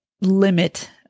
limit